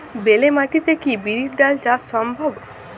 বেলে মাটিতে কি বিরির ডাল চাষ সম্ভব?